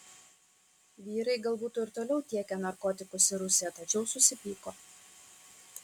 vyrai gal būtų ir toliau tiekę narkotikus į rusiją tačiau susipyko